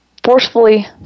forcefully